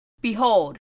Behold